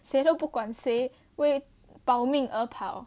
谁都不管谁为保命而跑